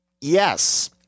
yes